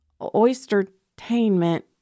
oystertainment